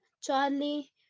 Charlie